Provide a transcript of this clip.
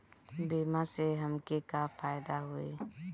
बीमा से हमके का फायदा होई?